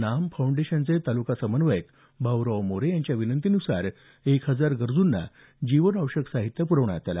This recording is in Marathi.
नाम फाऊंडेशनचे तालुका समन्वयक भाऊराव मोरे यांच्या विनंती नुसार एक हजार गरजूंना जीवनावश्यक साहित्याचं प्रवण्यात आलं